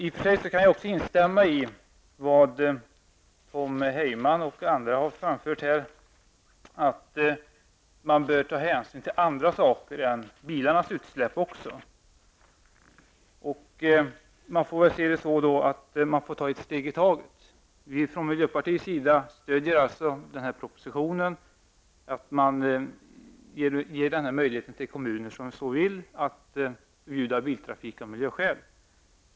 Jag kan i och för sig instämma i det Tom Heyman och andra har framfört här, nämligen att man bör ta hänsyn till också andra saker än bilarnas utsläpp. Man får ta ett steg i taget. Vi i miljöpartiet stödjer alltså denna proposition och att man ger de kommuner som så vill möjlighet att förbjuda biltrafik av miljöskäl.